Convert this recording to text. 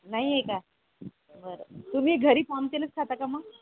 नाही आहे का बरं तुमी घरी पाम तेलच खाता का मग